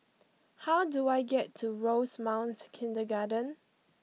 how do I get to Rosemount Kindergarten